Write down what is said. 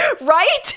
right